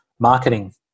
marketing